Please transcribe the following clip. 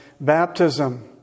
baptism